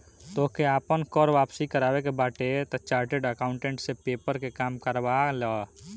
तोहके आपन कर वापसी करवावे के बाटे तअ चार्टेड अकाउंटेंट से पेपर के काम करवा लअ